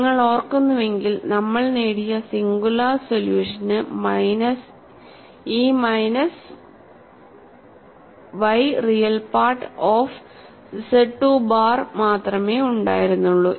നിങ്ങൾ ഓർക്കുന്നുവെങ്കിൽ നമ്മൾ നേടിയ സിംഗുലാർ സൊല്യൂഷന് മൈനസ് ഈ minus y real part of ZII bar മാത്രമേ ഉണ്ടായിരുന്നുള്ളൂ